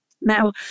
Now